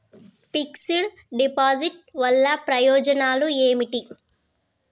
Fix డ్ deposit వల్ల ప్రయోజనాలు ఏమిటి?